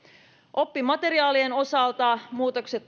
oppimateriaalien osalta muutokset